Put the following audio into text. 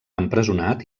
empresonat